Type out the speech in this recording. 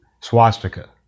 Swastika